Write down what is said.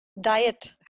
diet